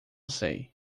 sei